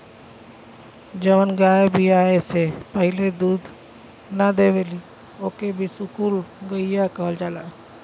जवन गाय बियाये से पहिले दूध ना देवेली ओके बिसुकुल गईया कहल जाला